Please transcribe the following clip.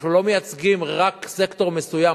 אנחנו לא מייצגים רק סקטור מסוים,